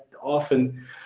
often